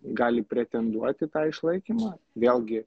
gali pretenduot į tą išlaikymą vėlgi